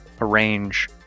Arrange